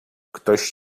ktoś